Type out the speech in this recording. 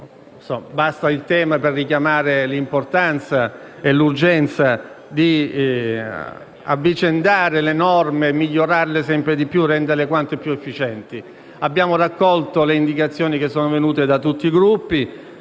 Abbiamo raccolto le indicazioni venute da tutti i Gruppi,